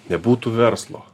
nebūtų verslo